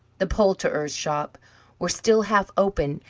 the poulterers' shops were still half open,